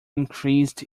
increased